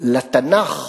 לתנ"ך